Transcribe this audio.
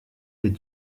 est